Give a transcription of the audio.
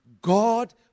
God